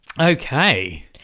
Okay